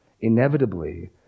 inevitably